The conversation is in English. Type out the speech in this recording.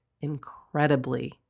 incredibly